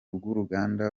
bw’uruganda